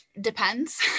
depends